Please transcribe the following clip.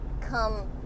come